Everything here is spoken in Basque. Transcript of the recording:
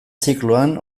zikloan